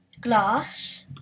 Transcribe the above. glass